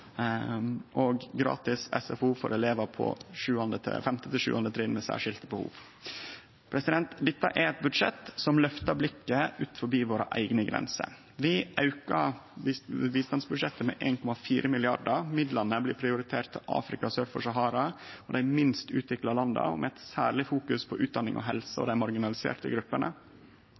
og gratis SFO for elevar på 5.–7. trinn med særskilde behov. Dette er eit budsjett som løftar blikket ut over våre eigne grenser. Vi aukar bistandsbudsjettet med 1,4 mrd. kr. Midlane blir prioriterte til Afrika sør for Sahara og dei minst utvikla landa, og det blir særleg fokusert på utdanning, helse og dei marginaliserte gruppene.